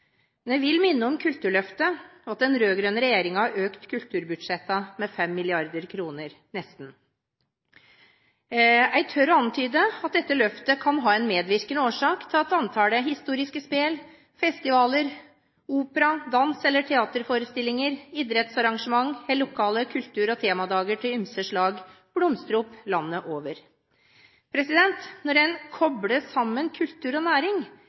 Men jeg vil minne om Kulturløftet og at den rød-grønne regjeringen har økt kulturbudsjettene med nesten 5 mrd. kr. Jeg tør antyde at dette løftet kan være en medvirkende årsak til at antallet historiske spel, festivaler, opera-, dans- eller teaterforestillinger, idrettsarrangement eller lokale kultur-/temadager av ymse slag blomstrer opp landet over. Når en kobler sammen kultur og næring,